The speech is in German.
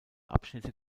abschnitte